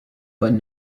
but